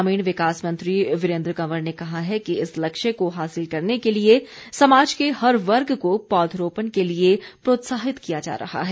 ग्रामीण विकास मंत्री वीरेन्द्र कंवर ने कहा है कि इस लक्ष्य को हासिल करने के लिए समाज के हर वर्ग को पौधरोपण के लिए प्रोत्साहित किया जा रहा है